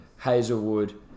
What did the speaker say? Hazelwood